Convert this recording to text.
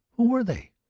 who were they?